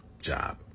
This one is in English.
job